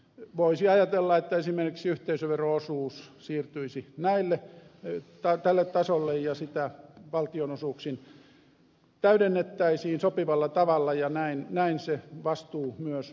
voisi ajatella että esimerkiksi yhteisövero osuus siirtyisi tälle tasolle ja sitä valtionosuuksin täydennettäisiin sopivalla tavalla ja näin se vastuu myös toteutuisi